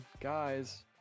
Guys